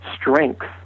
strength